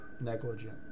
negligent